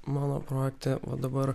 mano projekte va dabar